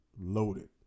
loaded